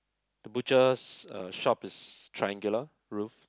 the butchers' uh shop is triangular roof